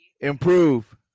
improve